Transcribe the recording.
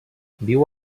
viu